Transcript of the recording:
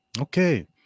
Okay